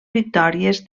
victòries